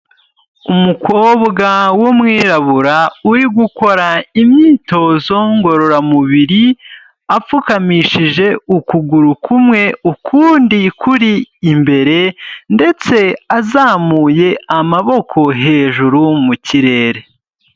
Umukobwa w'umwirabura uri gukora imyitozo ngororamubiri, apfukamishije ukuguru kumwe, ukundi kuri imbere ndetse azamuye amaboko hejuru mu kirere.